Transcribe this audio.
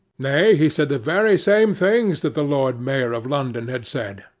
nay, he said the very same things that the lord mayor of london had said,